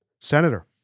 senator